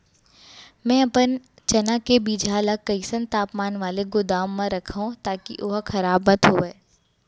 मैं अपन चना के बीजहा ल कइसन तापमान वाले गोदाम म रखव ताकि ओहा खराब मत होवय?